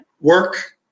work